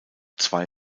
zwei